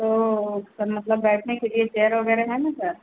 तो सर मतलब बैठने के लिए चेयर वगैरह है ना सर